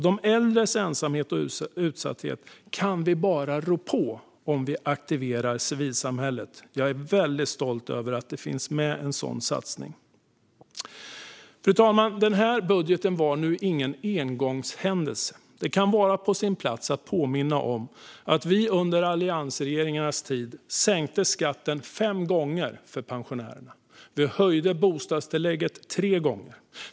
De äldres ensamhet och utsatthet kan vi bara rå på om vi aktiverar civilsamhället. Jag är väldigt stolt över att det finns med en sådan satsning. Fru talman! Denna budget var nu ingen engångshändelse. Det kan vara på sin plats att påminna om att vi under alliansregeringarnas tid sänkte skatten fem gånger för pensionärerna. Vi höjde bostadstillägget tre gånger.